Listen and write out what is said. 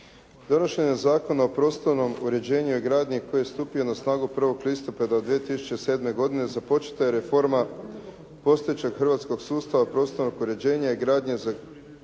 Donošenje Zakona o prostornom uređenju i gradnji koji je stupio na snagu 1. listopada 2007. godine započeta je reforma postojećeg hrvatskog sustava prostornog uređenja i gradnje za